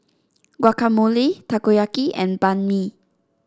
Guacamole Takoyaki and Banh Mi